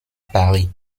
paris